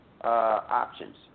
options